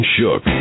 Shook